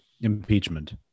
Impeachment